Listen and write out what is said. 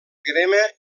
crema